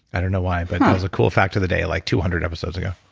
i don't know why, but that was a cool fact of the day like two hundred episodes ago